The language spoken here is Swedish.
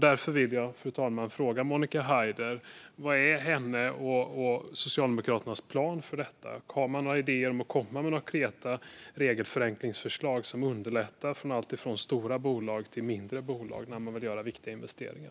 Därför, fru talman, vill jag fråga Monica Haider vad hennes och Socialdemokraternas plan är för detta. Har man några idéer att komma med om konkreta regelförenklingar som underlättar för stora och mindre bolag när de vill göra viktiga investeringar?